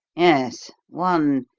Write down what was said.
yes. one,